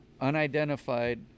unidentified